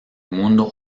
mundo